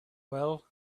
well